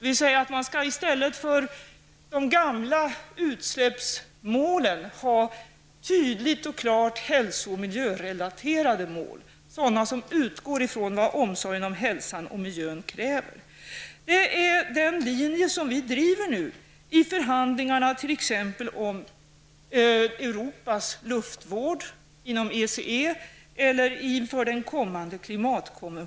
Man skall alltså i stället för de gamla utsläppsmålen ha tydligt hälso och miljörelaterade mål som utgår från vad omsorgen om hälsan och miljön kräver. Denna linje driver vi nu i förhandlingarna t.ex. om Europas luftvård, inom ECE och inför den kommande klimatkonventionen.